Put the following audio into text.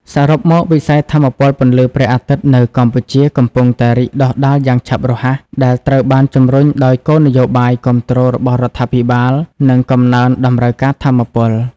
សរុបមក វិស័យថាមពលពន្លឺព្រះអាទិត្យនៅកម្ពុជាកំពុងតែ រីកដុះដាលយ៉ាងឆាប់រហ័ស ដែលត្រូវបានជំរុញដោយគោលនយោបាយគាំទ្ររបស់រដ្ឋាភិបាល និងកំណើនតម្រូវការថាមពល។